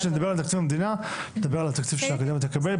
כשנדבר על תקציב המדינה נדבר על התקציב שהאקדמיה תקבל.